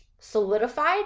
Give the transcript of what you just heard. solidified